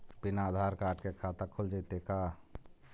बिना आधार कार्ड के खाता खुल जइतै का?